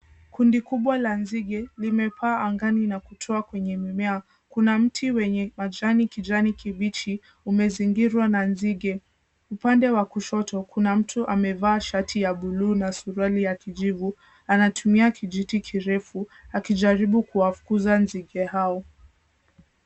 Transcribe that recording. Kundi kubwa la nzige limepaa angani na kutoa kwenye mimea. Kuna mti wenye majani kijani kibichi, umezingirwa na nzige. Upande wa kushoto, kuna mtu amevaa shati ya buluu na suruali ya kijivu, anatumia kijiti kirefu, akijaribu kuwafunza nzige hao.